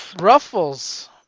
Ruffles